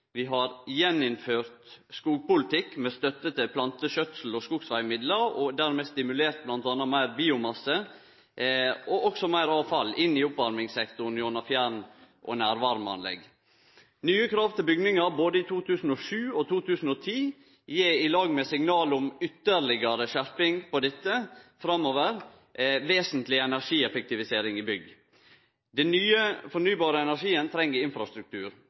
Vi har gjeninnført skogpolitikk med støtte til planteskjøtsel og skogsvegmidlar og dermed stimulert til meir biomasse og også meir avfall inn i oppvarmingssektoren gjennom fjern- og nærvarmeanlegg. Nye krav til bygningar både i 2007 og i 2010 gjev – i lag med signal om ytterlegare skjerping på dette området framover – ei vesentleg energieffektivisering i bygg. Den nye fornybare energien treng infrastruktur.